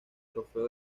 trofeo